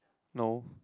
no